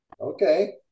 Okay